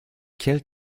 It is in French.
quels